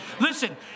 Listen